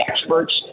experts